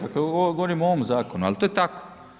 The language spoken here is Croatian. Dakle, govorim o ovom zakonu, ali to je tako.